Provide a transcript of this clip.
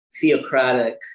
theocratic